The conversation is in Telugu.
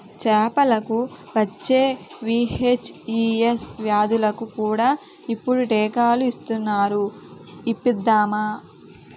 చేపలకు వచ్చే వీ.హెచ్.ఈ.ఎస్ వ్యాధులకు కూడా ఇప్పుడు టీకాలు ఇస్తునారు ఇప్పిద్దామా